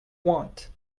want